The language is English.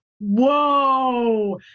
whoa